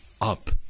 up